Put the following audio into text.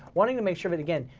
wanting to make sure but again,